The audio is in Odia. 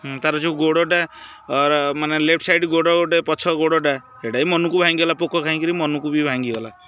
ତା'ର ଯେଉଁ ଗୋଡ଼ଟାର ମାନେ ଲେପ୍ଟ୍ ସାଇଡ଼୍ ଗୋଡ଼ ଗୋଟେ ପଛ ଗୋଡ଼ଟା ଏଇଟା ବି ମନକୁ ଭାଙ୍ଗିଗଲା ପୋକ ଖାଇକିରି ମନକୁ ବି ଭାଙ୍ଗିଗଲା